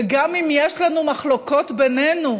וגם אם יש לנו מחלוקות בינינו,